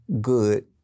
good